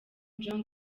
jong